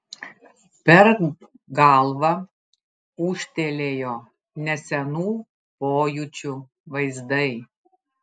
per galvą ūžtelėjo nesenų pojūčių vaizdai